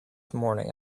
morning